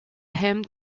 him